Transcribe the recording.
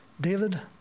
David